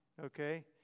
okay